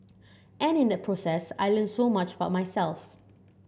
and in that process I learnt so much about myself